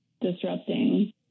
disrupting